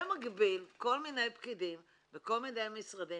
במקביל כל מיני פקידים בכל מיני משרדים